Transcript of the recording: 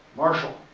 marshall.